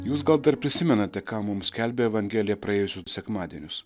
jūs gal dar prisimenate ką mums skelbia evangelija praėjusius sekmadienius